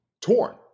torn